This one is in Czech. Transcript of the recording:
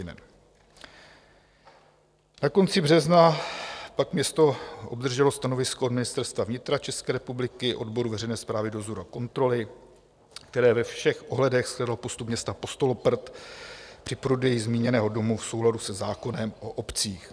Na konci března pak město obdrželo stanovisko od Ministerstva vnitra České republiky, odboru veřejné správy, dozoru a kontroly, které ve všech ohledech shledalo postup města Postoloprt při prodeji zmíněného domu v souladu se zákonem o obcích.